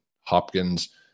Hopkins